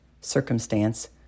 circumstance